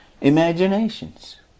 Imaginations